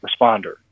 responder